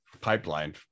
pipeline